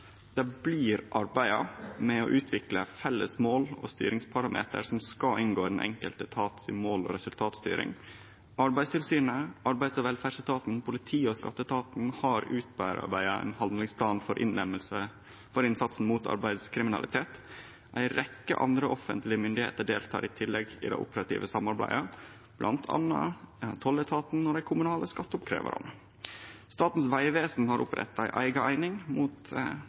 Det blir arbeidd med å utvikle felles mål og styringsparametrar som skal inngå i mål- og resultatstyringa til den enkelte etaten. Arbeidstilsynet, arbeids- og velferdsetaten, politiet og skatteetaten har utarbeidd ein handlingsplan for innsatsen mot arbeidslivskriminalitet. Ei rekkje andre offentlege myndigheiter deltek i tillegg i det operative samarbeidet, bl.a. tolletaten og dei kommunale skatteoppkrevjarane. Statens vegvesen har oppretta ei eiga eining mot